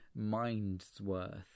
Mindsworth